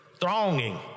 thronging